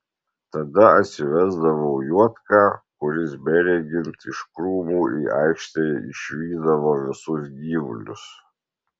tada atsivesdavau juodką kuris beregint iš krūmų į aikštę išvydavo visus gyvulius